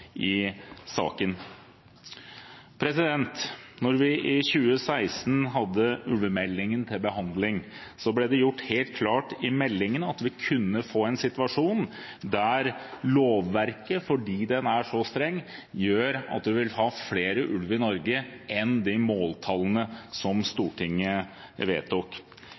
i saken. Da vi i 2016 hadde ulvemeldingen til behandling, ble det gjort helt klart i meldingen at vi kunne få en situasjon der lovverket – fordi det er så strengt – gjør at vi vil ha flere ulv i Norge enn de måltallene som Stortinget vedtok.